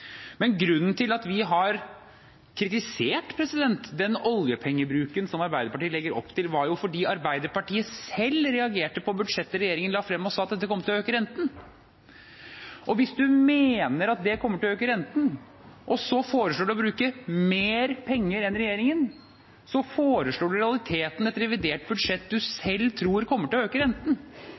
Men grunnen til at vi har kritisert den oljepengebruken Arbeiderpartiet legger opp til, er at Arbeiderpartiet selv reagerte på budsjettet regjeringen la frem, og sa at dette kom til å øke renten. Hvis man mener at det kommer til å øke renten, og så foreslår å bruke mer penger enn regjeringen, foreslår man i realiteten et revidert budsjett man selv tror kommer til å øke renten.